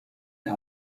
der